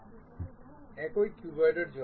সুতরাং আমরা আপাতত এটি 0 এ রাখব